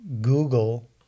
Google